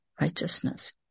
righteousness